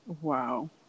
wow